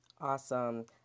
awesome